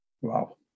Wow